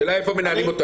השאלה איפה מנהלים אותו.